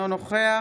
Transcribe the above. אינו נוכח